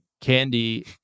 candy